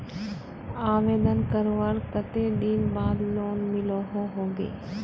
आवेदन करवार कते दिन बाद लोन मिलोहो होबे?